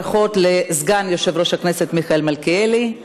ברכות לסגן יושב-ראש הכנסת מיכאל מלכיאלי.